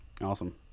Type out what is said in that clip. Awesome